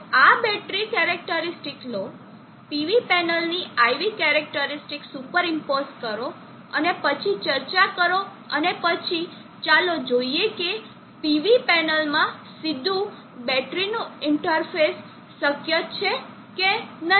તો આ battery characteristic લો PV પેનલની આઇવી કેરેકટરીસ્ટીક સુપર ઇમ્પોઝ કરો અને પછી ચર્ચા કરો અને પછી ચાલો જોઈએ કે PV પેનલમાં સીધુ બેટરીનું ઇન્ટરફેસ શક્ય છે કે નહીં